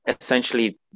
essentially